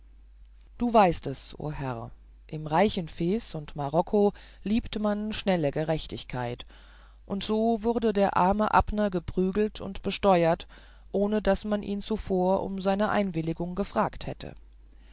du weißt es o herr im reiche fez und marokko liebt man schnelle gerechtigkeit und so wurde der arme abner geprügelt und besteuert ohne daß man ihn zuvor um seine einwilligung befragt hätte